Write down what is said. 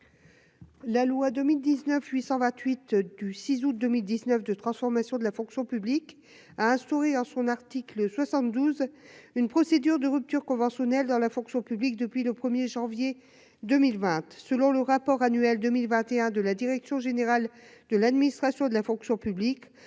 La loi 2019 828 du 6 août 2019, 2 transformations de la fonction publique, a assuré en son article 72, une procédure de rupture conventionnelle dans la fonction publique depuis le 1er janvier 2020, selon le rapport annuel 2021 de la direction générale de l'administration de la fonction publique